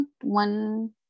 one